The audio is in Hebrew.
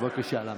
בבקשה להמשיך.